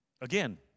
Again